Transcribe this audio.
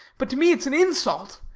but to me it is an insult.